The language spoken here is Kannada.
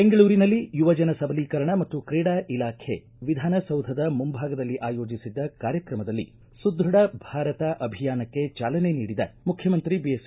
ಬೆಂಗಳೂರಿನಲ್ಲಿ ಯುವಜನ ಸಬಲೀಕರಣ ಮತ್ತು ಕ್ರೀಡಾ ಇಲಾಖೆ ವಿಧಾನಸೌಧದ ಮುಂಭಾಗದಲ್ಲಿ ಆಯೋಜಿಸಿದ್ದ ಕಾರ್ಯಕ್ರಮದಲ್ಲಿ ಸುದ್ಯಡ ಭಾರತ ಅಭಿಯಾನಕ್ಕೆ ಚಾಲನೆ ನೀಡಿದ ಮುಖ್ಯಮಂತ್ರಿ ಬಿಎಸ್